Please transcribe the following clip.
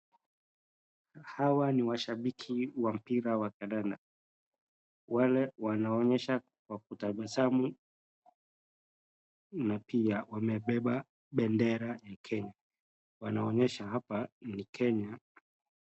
Hawa ni washambiki wa mpira wa kadada. Wale wanaonyesha kwa kutabasamu na pia wamebeba bendera ya Kenya, wanaonyesha hapa ni Kenya.